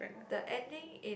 the ending in